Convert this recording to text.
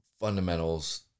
fundamentals